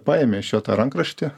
paėmė iš jo tą rankraštį